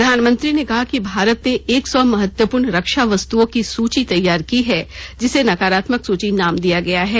प्रधानमंत्री ने कहा कि भारत ने एक सौ महत्वपूर्ण रक्षा वस्तुओं की सूची तैयार की है जिसे नकारात्मक सूची नाम दिया गया है